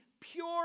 pure